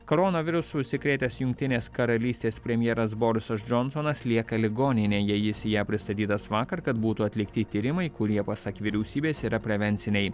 koronavirusu užsikrėtęs jungtinės karalystės premjeras borisas džonsonas lieka ligoninėje jis į ją pristatytas vakar kad būtų atlikti tyrimai kurie pasak vyriausybės yra prevenciniai